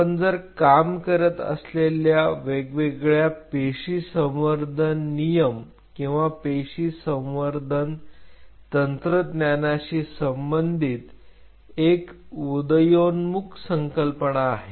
आपण काम करत असलेले वेगवेगळ्या पेशी संवर्धन नियम किंवा पेशी संवर्धन तंत्रज्ञानशी संबंधित एक उदयोन्मुख संकल्पना आहे